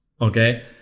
okay